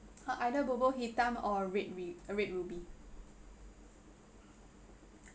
uh either bubur hitam or red ruby uh red ruby